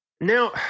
Now